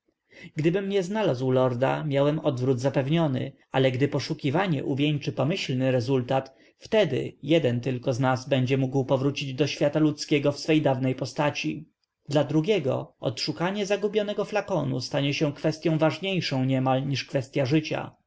gdybym nie znalazł lorda miałem odwrót zapewniony ale gdy poszukiwania uwieńczy pomyślny rezultat wtedy jeden tylko z nas będzie mógł powrócić do świata ludzkiego w swej dawnej postaci dla drugiego odszukanie zgubionego flakonu stanie się kwestyą ważniejszą niemal niż kwestya życia